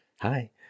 Hi